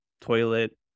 toilet